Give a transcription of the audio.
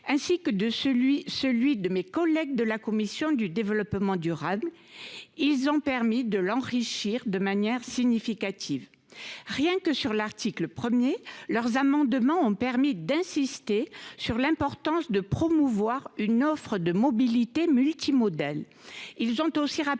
de celui celui de mes collègues de la commission du développement durable. ont permis de l'enrichir de manière significative, rien que sur l'article 1ᵉʳ. Leurs amendements ont permis d'insister sur l'importance de promouvoir une offre de mobilité multimodale. Ils ont aussi rappelé